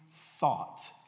Thought